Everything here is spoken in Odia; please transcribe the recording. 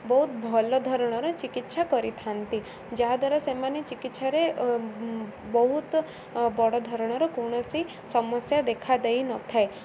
ବହୁତ ଭଲ ଧରଣର ଚିକିତ୍ସା କରିଥାନ୍ତି ଯାହାଦ୍ୱାରା ସେମାନେ ଚିକିତ୍ସାରେ ବହୁତ ବଡ଼ ଧରଣର କୌଣସି ସମସ୍ୟା ଦେଖା ଦେଇନଥାଏ